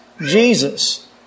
Jesus